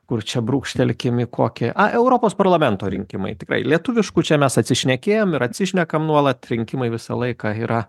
kur čia brūkštelkim į kokį europos parlamento rinkimai tikrai lietuviškų čia mes atsišnekėjom ir atsinšnekam nuolat rinkimai visą laiką yra